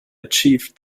achieved